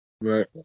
Right